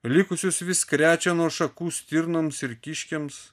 likusius vis krečia nuo šakų stirnoms ir kiškiams